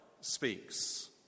speaks